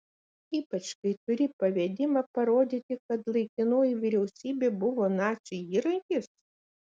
ypač kai turi pavedimą parodyti kad laikinoji vyriausybė buvo nacių įrankis